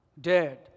dead